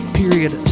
period